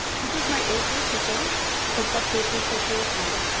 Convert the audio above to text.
this is my eighth year teaching physical education in prince william county.